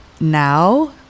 now